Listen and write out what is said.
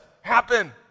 happen